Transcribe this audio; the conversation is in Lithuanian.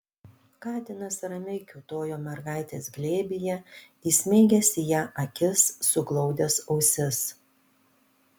katinas ramiai kiūtojo mergaitės glėbyje įsmeigęs į ją akis suglaudęs ausis